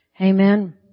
Amen